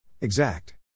Exact